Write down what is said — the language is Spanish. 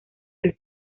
del